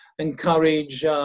encourage